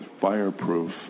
fireproof